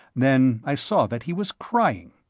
then i saw that he was crying.